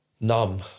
numb